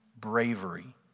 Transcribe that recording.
bravery